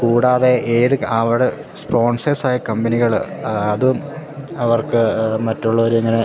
കൂടാതെ ഏത് അവിടെ സ്പ്രോൺസേഴ്സായ കമ്പനികള് അതും അവർക്ക് മറ്റുള്ളവരിങ്ങനെ